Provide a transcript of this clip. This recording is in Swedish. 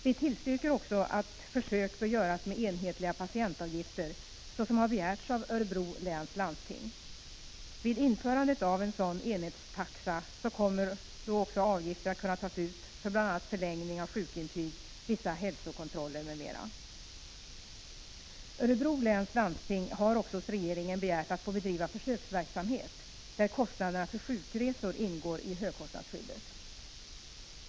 Vi tillstyrker också att försök görs med enhetliga patientavgifter, vilket har begärts av Örebro läns landsting. Vid införandet av en sådan enhetstaxa kommer också avgifter att kunna tas ut för bl.a. förlängning av sjukintyg, vissa hälsokontroller m.m. Örebro läns landsting har också hos regeringen begärt att få bedriva en försöksverksamhet där kostnaderna för sjukresor ingår i högkostnadsskyddet.